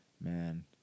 man